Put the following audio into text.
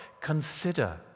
Consider